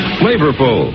flavorful